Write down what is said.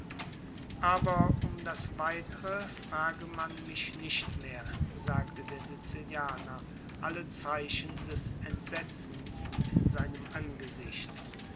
aber um das weitere frage man mich nicht mehr sagte der sizilianer alle zeichen des entsetzens in seinem angesicht